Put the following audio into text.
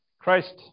Christ